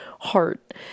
heart